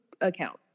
account